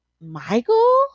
Michael